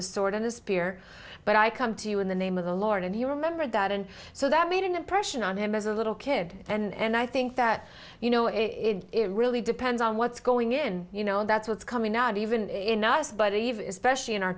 spear but i come to you in the name of the lord and he remembered that and so that made an impression on him as a little kid and i think that you know it really depends on what's going in you know that's what's coming not even in us but even specially in our